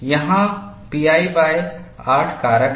यहाँ pi8 कारक है